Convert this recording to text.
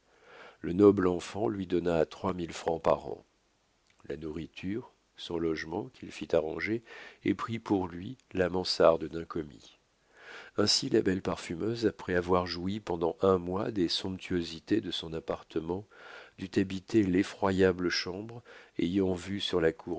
le noble enfant lui donna trois mille francs par an la nourriture son logement qu'il fit arranger et prit pour lui la mansarde d'un commis ainsi la belle parfumeuse après avoir joui pendant un mois des somptuosités de son appartement dut habiter l'effroyable chambre ayant vue sur la